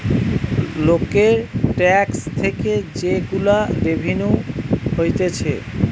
লোকের ট্যাক্স থেকে যে গুলা রেভিনিউ হতিছে